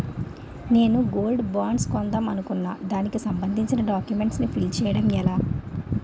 నేను gold bonds కొందాం అనుకుంటున్నా దానికి సంబందించిన డాక్యుమెంట్స్ ఫిల్ చేయడం ఎలా?